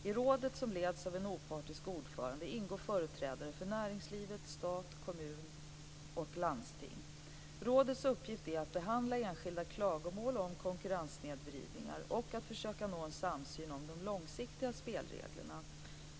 I rådet, som leds av en opartisk ordförande, ingår företrädare för näringslivet, stat, kommuner och landsting. Rådets uppgift är att behandla enskilda klagomål om konkurrenssnedvridningar och att försöka nå en samsyn om de långsiktiga spelreglerna.